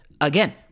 again